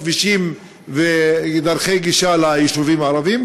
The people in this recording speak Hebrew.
כבישים ודרכי גישה ליישובים הערביים,